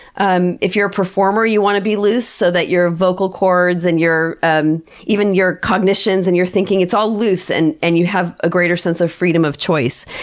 um if you're a performer, you want to be loose so that your vocal chords and um even your cognitions and your thinking, it's all loose and and you have a greater sense of freedom of choice.